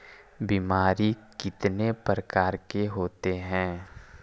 बीमारी कितने प्रकार के होते हैं?